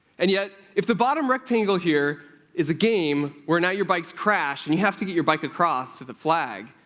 and yet, if the bottom rectangle here is a game where now your bikes crash and you have to get your bike across to the flag,